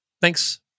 thanks